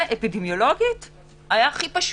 זה אפידמיולוגית היה הכי פשוט.